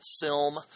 film